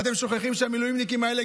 אתם שוכחים שהמילואימניקים האלה,